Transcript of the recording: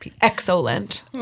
excellent